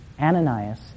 Ananias